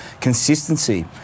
consistency